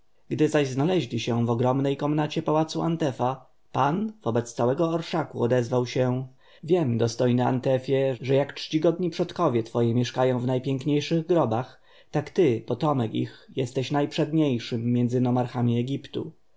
gdy zaś znaleźli się w ogromnej komnacie pałacu antefa pan wobec całego orszaku odezwał się wiem dostojny antefie że jak czcigodni przodkowie twoi mieszkają w najpiękniejszych grobach tak ty potomek ich jesteś